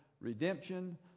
redemption